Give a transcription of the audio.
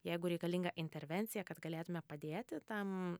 jeigu reikalinga intervencija kad galėtume padėti tam